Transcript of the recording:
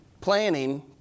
planning